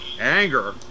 Anger